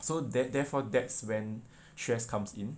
so there~ therefore that's when stress comes in